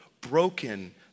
broken